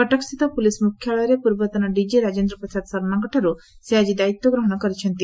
କଟକସ୍ଥିତ ପୁଲିସ୍ ମୁଖ୍ୟାଳୟରେ ପୂର୍ବତନ ଡିଜି ରାଜେନ୍ଦ ପ୍ରସାଦ ଶର୍ମାଙ୍କଠାରୁ ସେ ଆକି ଦାୟିତ୍ୱ ଗ୍ରହଣ କରିଛନ୍ତି